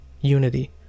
unity